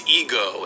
ego